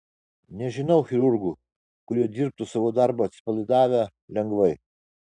nežinau chirurgų kurie dirbtų savo darbą atsipalaidavę lengvai